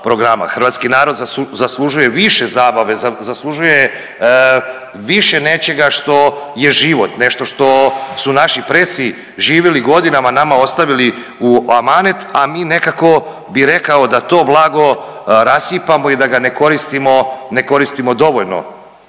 Hrvatski narod zaslužuje više zabave, zaslužuje više nečega što je život nešto što su naši preci živili godinama nama ostavili u amanet, a mi nekako bi rekao da to blago rasipamo i da ga ne koristimo dovoljno.